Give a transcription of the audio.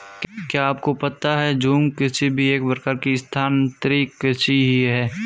क्या आपको पता है झूम कृषि भी एक प्रकार की स्थानान्तरी कृषि ही है?